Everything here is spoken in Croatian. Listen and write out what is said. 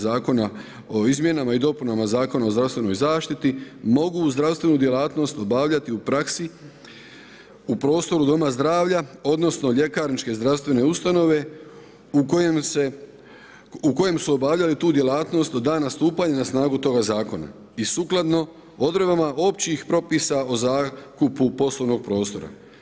Zakona o izmjenama i dopunama Zakona o zdravstvenoj zaštiti mogu zdravstvenu djelatnost obavljati u praksi u prostoru doma zdravlja odnosno ljekarničke zdravstvene ustanove u kojem su obavljali tu djelatnost od dana stupanja na snagu toga zakona i sukladno odredbama općih propisa o zakupu poslovnog prostora.